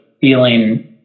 feeling